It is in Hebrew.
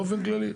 באופן כללי.